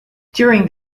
during